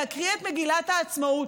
להקריא את מגילת העצמאות,